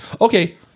Okay